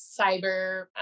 Cyber